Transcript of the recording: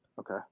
Okay